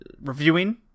reviewing